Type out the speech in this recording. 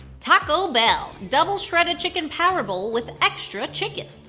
taco bell double shredded chicken power bowl with extra chicken.